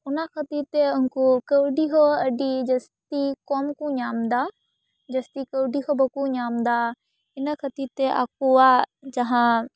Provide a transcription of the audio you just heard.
ᱚᱱᱟ ᱠᱷᱟᱹᱛᱤᱨ ᱛᱮ ᱩᱱᱠᱩ ᱠᱟᱹᱣᱰᱤ ᱦᱚᱸ ᱟᱹᱰᱤ ᱡᱟᱹᱥᱛᱤ ᱠᱚᱢ ᱠᱚ ᱧᱟᱢᱫᱟ ᱡᱟᱹᱥᱛᱤ ᱠᱟᱹᱣᱰᱤ ᱦᱚ ᱵᱟᱠᱚ ᱧᱟᱢᱫᱟ ᱤᱱᱟᱹ ᱠᱷᱟᱹᱛᱤᱨ ᱛᱮ ᱟᱠᱚᱣᱟᱜ ᱡᱟᱦᱟᱸ